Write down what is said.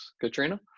Katrina